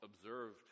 observed